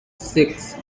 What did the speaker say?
six